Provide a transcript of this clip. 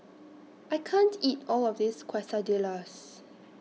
I can't eat All of This Quesadillas